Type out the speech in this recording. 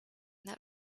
that